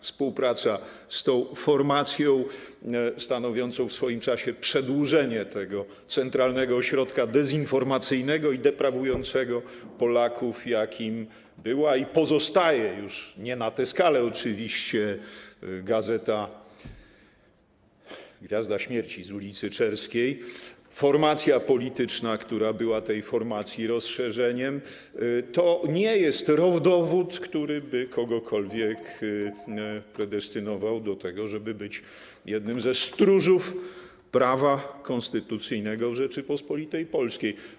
Współpraca z tą formacją, stanowiącą w swoim czasie przedłużenie tego centralnego ośrodka dezinformacyjnego i deprawującego Polaków, jakim była i pozostaje - już nie na tę skalę oczywiście - gazeta, gwiazda śmierci z ul. Czerskiej, formacja polityczna, która była tej formacji rozszerzeniem - to nie jest rodowód, który by kogokolwiek predestynował do tego, żeby być jednym ze stróżów prawa konstytucyjnego w Rzeczypospolitej Polskiej.